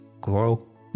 grow